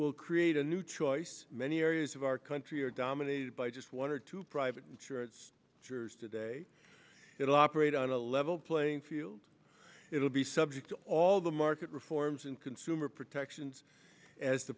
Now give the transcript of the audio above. will create a new choice many areas of our country are dominated by just one or two private insurance jurors today it will operate on a level playing field it will be subject to all the market reforms and consumer protections as the